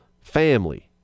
family